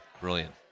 Brilliant